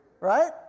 right